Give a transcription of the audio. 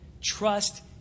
Trust